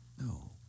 No